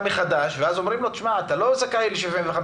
מחדש ואז אומרים לו: אתה לא זכאי ל-75%,